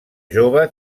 jove